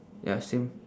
ya same